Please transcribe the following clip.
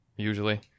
usually